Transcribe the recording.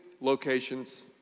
locations